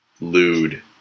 lewd